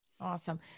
awesome